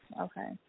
Okay